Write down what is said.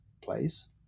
place